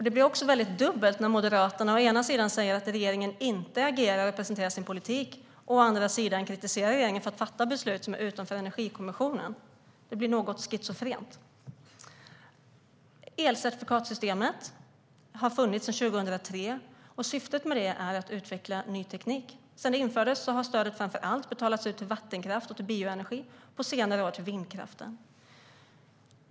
Det blir också dubbelt när Moderaterna å ena sidan säger att regeringen inte agerar eller presenterar sin politik och å andra sidan kritiserar regeringen för att fatta beslut utanför Energikommissionen. Det blir något schizofrent. Elcertifikatssystemet har funnits sedan 2003. Syftet med det är att utveckla ny teknik. Sedan det infördes har stödet betalats ut till framför allt vattenkraft och bioenergi och på senare år till vindkraft.